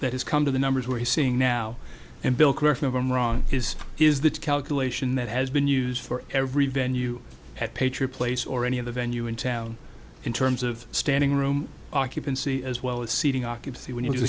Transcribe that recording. that has come to the numbers where he's saying now and bill question of i'm wrong is is that calculation that has been used for every venue at patriot place or any other venue in town in terms of standing room occupancy as well as seating occupancy when you